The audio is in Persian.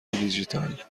دیجیتال